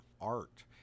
art